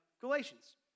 Galatians